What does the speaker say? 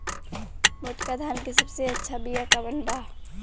मोटका धान के सबसे अच्छा बिया कवन बा?